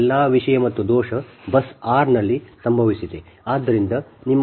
ಈ ಎಲ್ಲಾ ವಿಷಯ ಮತ್ತು ದೋಷ ಬಸ್ ಆರ್ ನಲ್ಲಿ ಸಂಭವಿಸಿದೆ